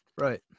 Right